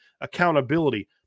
accountability